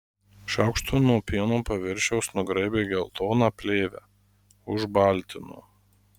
šaukštu nuo pieno paviršiaus nugraibė geltoną plėvę užbaltino